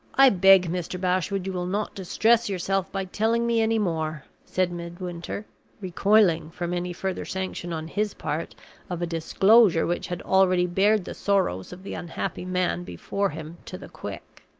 i beg, mr. bashwood, you will not distress yourself by telling me any more, said midwinter recoiling from any further sanction on his part of a disclosure which had already bared the sorrows of the unhappy man before him to the quick.